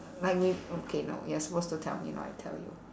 like me okay no you're supposed to tell me not I tell you